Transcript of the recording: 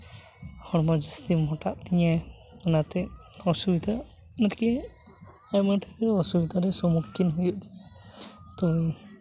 ᱦᱚᱲᱢᱚ ᱡᱟᱹᱥᱛᱤ ᱢᱚᱴᱟᱜ ᱛᱤᱧᱟᱹ ᱚᱱᱟᱛᱮ ᱚᱥᱩᱵᱤᱫᱟ ᱟᱨᱠᱤ ᱟᱭᱢᱟ ᱰᱷᱮᱨ ᱚᱥᱩᱵᱤᱫᱟ ᱨᱮ ᱥᱚᱢᱢᱩᱠᱠᱷᱤᱱ ᱦᱩᱭᱩᱜ ᱛᱤᱧᱟᱹ ᱛᱚ